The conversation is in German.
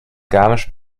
garmisch